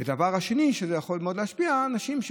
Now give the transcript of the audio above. והדבר השני שיכול מאוד להשפיע, נשים,